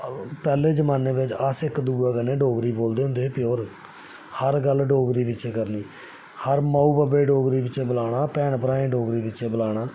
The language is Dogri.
पैह्ले जमाने च अस इक्क दूए कन्नै डोगरी बोलदे होंदे हे प्योर होर हर गल्ल डोगरी बिच्च करनी हर म'ऊं बब्बै गी डोगरी च बलाना भैणें भ्राएं गी डोगरी बिच्च बलाना